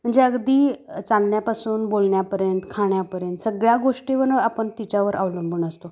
म्हणजे अगदी चालण्यापासून बोलण्यापर्यंत खाण्यापर्यंत सगळ्या गोष्टीवरनं आपण तिच्यावर अवलंबून असतो